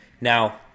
now